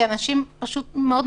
כי אנשים מצטופפים.